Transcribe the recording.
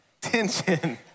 tension